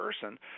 person